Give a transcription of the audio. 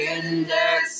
index